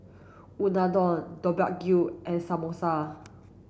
Unadon Deodeok Gui and Samosa